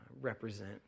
represent